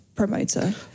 promoter